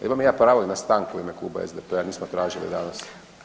Imam ja pravo i na stanku u ime Kluba SDP-a, nismo tražili danas.